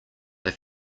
they